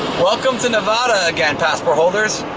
welcome to nevada again, passport holders.